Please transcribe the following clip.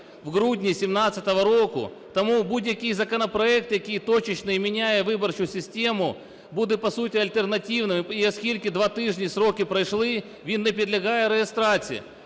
в грудні 17-го року. Тому будь-який законопроект, який точечный і міняє виборчу систему, буде, по суті, альтернативним. І оскільки 2 тижні строки пройшли, він не підлягає реєстрації.